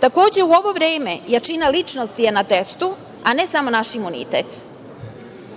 Takođe, u ovo vreme jačina ličnosti je na testu, a ne samo naš imunitet. Ja